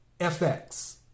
FX